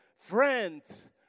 friends